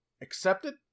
Accepted